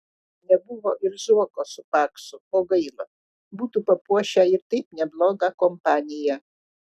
nebuvo ir zuoko su paksu o gaila būtų papuošę ir taip neblogą kompaniją